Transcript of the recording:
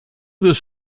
this